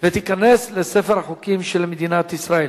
ותיכנס לספר החוקים של מדינת ישראל.